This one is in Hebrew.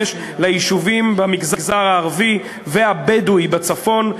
חומש ליישובים במגזר הערבי והבדואי בצפון,